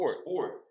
sport